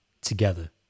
together